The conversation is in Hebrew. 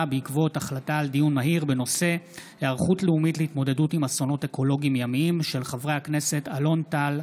בעקבות דיון מהיר בהצעתם של חברי הכנסת אלון טל,